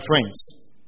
friends